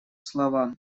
слова